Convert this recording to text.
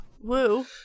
Woo